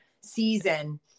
season